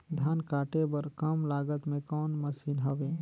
धान काटे बर कम लागत मे कौन मशीन हवय?